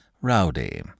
rowdy